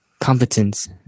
competence